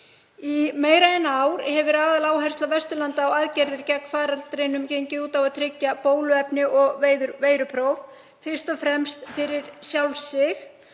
Í meira en ár hefur aðaláhersla Vesturlanda á aðgerðir gegn faraldrinum gengið út á að tryggja bóluefni og veirupróf, fyrst og fremst fyrir sjálf sig.